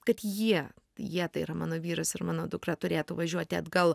kad jie jie tai yra mano vyras ir mano dukra turėtų važiuoti atgal